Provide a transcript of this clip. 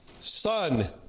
Son